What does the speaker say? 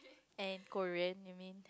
and Korean you mean